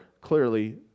clearly